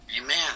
Amen